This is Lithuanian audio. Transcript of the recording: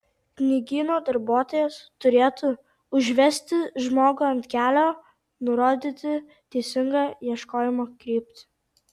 knygyno darbuotojas turėtų užvesti žmogų ant kelio nurodyti teisingą ieškojimo kryptį